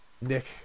Nick